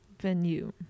Venue